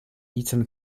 eton